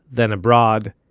then abroad.